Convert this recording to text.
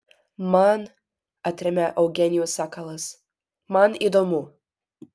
man atremia eugenijus sakalas man įdomu